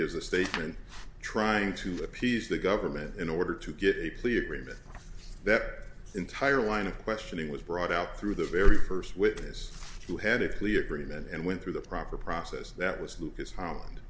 gives a statement trying to appease the government in order to get a plea agreement that entire line of questioning was brought out through the very first witness who had it clear three men and went through the proper process that was lucas holland